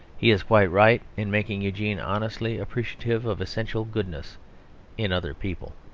he is quite right in making eugene honestly appreciative of essential goodness in other people.